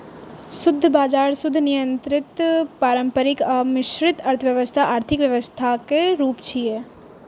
शुद्ध बाजार, शुद्ध नियंत्रित, पारंपरिक आ मिश्रित अर्थव्यवस्था आर्थिक व्यवस्थाक रूप छियै